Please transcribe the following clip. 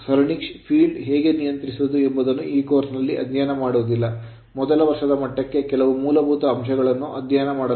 ಸರಣಿ ಕ್ಷೇತ್ರ ಹೇಗೆ ನಿಯಂತ್ರಿಸುವುದು ಎಂಬುದನ್ನು ಈ ಕೋರ್ಸ್ ನಲ್ಲಿ ಅಧ್ಯಯನ ಮಾಡುವುದಿಲ್ಲ ಮೊದಲ ವರ್ಷದ ಮಟ್ಟಕ್ಕೆ ಕೆಲವು ಮೂಲಭೂತ ಅಂಶಗಳನ್ನು ಅಧ್ಯಯನ ಮಾಡಲಾಗುತ್ತದೆ